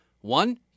one-